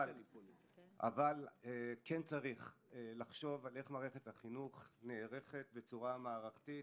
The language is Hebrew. אבל כן צריך לחשוב על איך מערכת החינוך נערכת בצורה מערכתית,